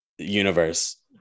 universe